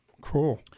Cool